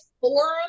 forum